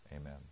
Amen